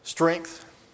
Strength